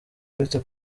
uretse